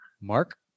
mark